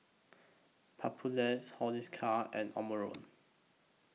Papulex and Omron